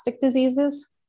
diseases